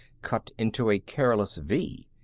cut into a careless v.